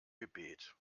gebet